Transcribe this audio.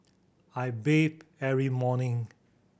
I bathe every morning